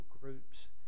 groups